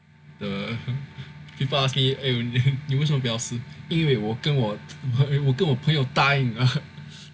the people ask me 你为什么不要死因为我跟我我跟我朋友答应了